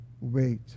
Wait